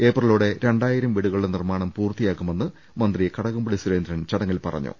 ഏപ്രിലോടെ രണ്ടായിരം വീടുകളുടെ നിർമാണം പൂർത്തിയാക്കുമെന്ന് മന്ത്രി കടകംപള്ളി സുരേന്ദ്രൻ ചട ങ്ങിൽ പറഞ്ഞു